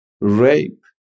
rape